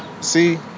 See